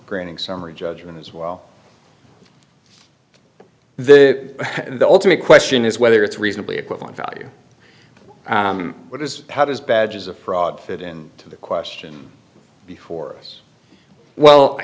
granting summary judgment as well the the ultimate question is whether it's reasonably equivalent value what does how does badges of fraud fit in to the question before us well